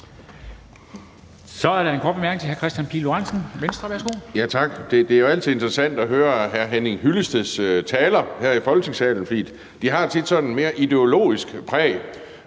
Så er der en kort bemærkning til hr. Kristian Pihl Lorentzen, Venstre. Værsgo. Kl. 11:17 Kristian Pihl Lorentzen (V): Tak. Det er jo altid interessant at høre hr. Henning Hyllesteds taler her i Folketingssalen, for de har tit sådan et mere ideologisk præg.